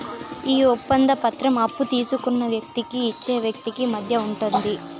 ఈ ఒప్పంద పత్రం అప్పు తీసుకున్న వ్యక్తికి ఇచ్చే వ్యక్తికి మధ్య ఉంటుంది